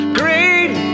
great